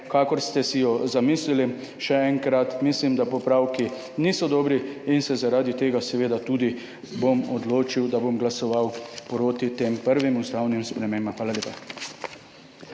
kakor ste si jo zamislili. Še enkrat, mislim, da popravki niso dobri in sem se zaradi tega seveda tudi odločil, da bom glasoval proti tem prvim ustavnim spremembam. Hvala lepa.